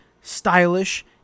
stylish